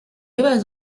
eva